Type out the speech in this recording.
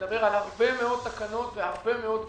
על הרבה מאוד תקנות והרבה מאוד גופים.